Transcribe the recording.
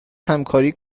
همکاری